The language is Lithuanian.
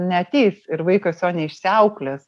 neateis ir vaikas jo neišsiauklės